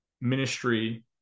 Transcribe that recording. Ministry